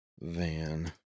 Van